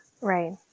Right